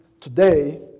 today